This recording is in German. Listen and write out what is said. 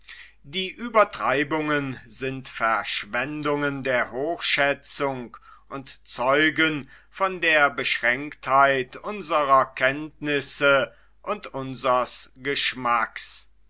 die übertreibungen sind verschwendungen der hochschätzung und zeugen von der beschränktheit unserer kenntnisse und unsers geschmacks